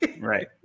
Right